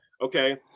Okay